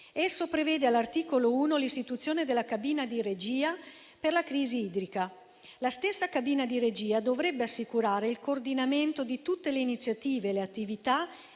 Esso prevede, all'articolo 1, l'istituzione della cabina di regia per la crisi idrica. La stessa cabina di regia dovrebbe assicurare il coordinamento di tutte le iniziative e le attività